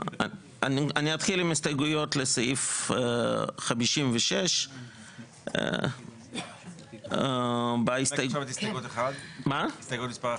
אני אתחיל עם הסתייגויות לסעיף 56. אתה אומר עכשיו את הסתייגות מספר 1?